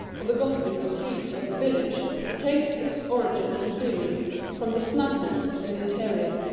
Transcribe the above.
or the gossiping streets of the village, it takes its origin and theory from the snugness of the interior.